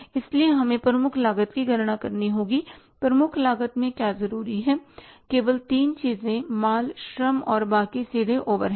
इसलिए हमें प्रमुख लागत की गणना करनी होगी प्रमुख लागत में क्या जरूरी है केवल तीन चीजें माल श्रम और बाकी सीधे ओवरहेड